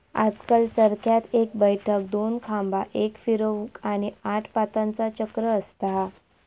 आजकल चरख्यात एक बैठक, दोन खांबा, एक फिरवूक, आणि आठ पातांचा चक्र असता